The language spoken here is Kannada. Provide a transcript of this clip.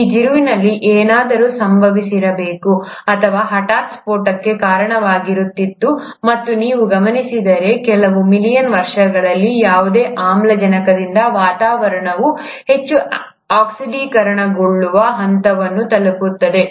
ಈ ತಿರುವಿನಲ್ಲಿ ಏನಾದರೂ ಸಂಭವಿಸಿರಬೇಕು ಅದು ಹಠಾತ್ ಸ್ಫೋಟಕ್ಕೆ ಕಾರಣವಾಗುತ್ತಿತ್ತು ಮತ್ತು ನೀವು ಗಮನಿಸಿದರೆ ಕೆಲವು ಮಿಲಿಯನ್ ವರ್ಷಗಳಲ್ಲಿ ಯಾವುದೇ ಆಮ್ಲಜನಕದಿಂದ ವಾತಾವರಣವು ಹೆಚ್ಚು ಆಕ್ಸಿಡೀಕರಣಗೊಳ್ಳುವ ಹಂತವನ್ನು ತಲುಪುತ್ತದೆ